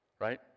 right